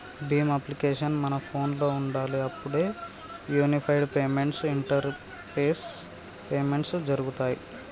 Bhim application మన ఫోనులో ఉండాలి అప్పుడే యూనిఫైడ్ పేమెంట్స్ ఇంటరపేస్ పేమెంట్స్ జరుగుతాయ్